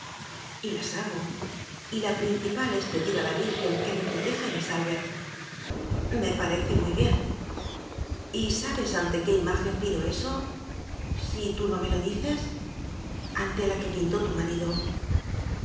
casa y las hago y la principal es pedir a la virgen que me proteja y me salve me parece muy bien y sabes ante qué imagen pido eso si tú no me lo dices ante la que pintó tu marido